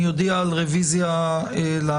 אני אודיע על רוויזיה להצעה.